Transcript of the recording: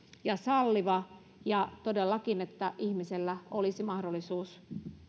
ja salliva ja todellakin ihmisellä olisi mahdollisuus